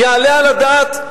יעלה על הדעת?